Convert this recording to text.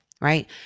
Right